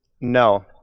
No